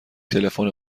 تلفن